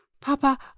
Papa